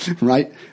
Right